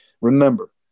Remember